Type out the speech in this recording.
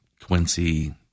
Quincy